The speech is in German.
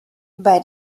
bei